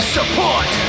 Support